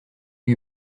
lui